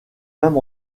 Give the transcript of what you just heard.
même